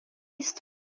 است